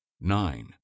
Nine